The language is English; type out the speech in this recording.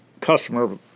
customer